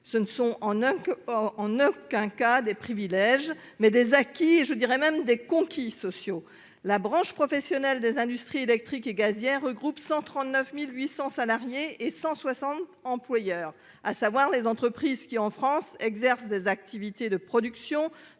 Ce ne sont en aucun cas des privilèges ; ce sont des acquis- je dirais même que ce sont des conquis sociaux. La branche professionnelle des industries électriques et gazières regroupe 139 800 salariés et 160 employeurs. Ce sont les entreprises qui exercent en France des activités de production,